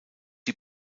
die